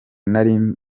nari